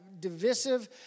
divisive